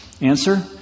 Answer